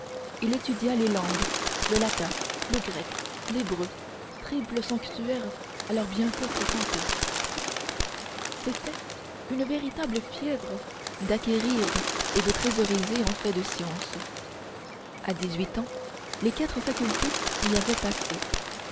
il étudia les langues le latin le grec l'hébreu triple sanctuaire alors bien peu fréquenté c'était une véritable fièvre d'acquérir et de thésauriser en fait de science à dix-huit ans les quatre facultés y avaient passé